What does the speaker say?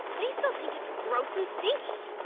they still think it's gross and stinky.